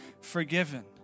forgiven